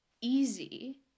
easy